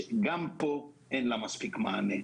שגם פה אין לה מספיק מענה.